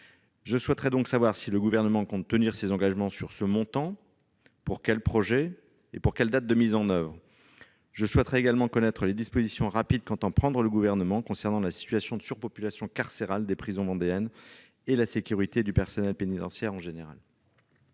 Je souhaite donc savoir si le Gouvernement compte tenir ses engagements sur ce montant, pour quels projets et pour quelle date de mise en oeuvre. Je souhaite également connaître les dispositions rapides qu'il entend prendre s'agissant de la situation de surpopulation carcérale des prisons vendéennes et de la sécurité du personnel pénitentiaire en général.